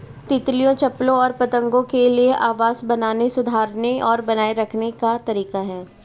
तितलियों, चप्पलों और पतंगों के लिए आवास बनाने, सुधारने और बनाए रखने का तरीका है